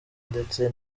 ndetse